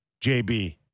JB